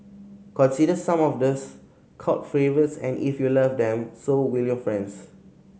consider some of these cult favourites and if you love them so will your friends